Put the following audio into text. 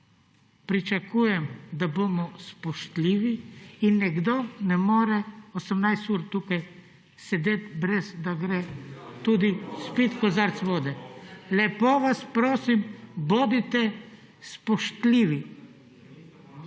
pričakujem, da bomo spoštljivi; in nekdo ne more 18 ur tukaj sedeti, ne da bi šel tudi spit kozarec vode. Lepo vas prosim, bodite spoštljivi!